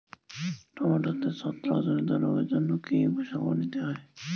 টমেটোতে ছত্রাক জনিত রোগের জন্য কি উপসর্গ নিতে হয়?